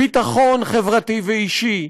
ביטחון חברתי ואישי,